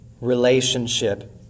relationship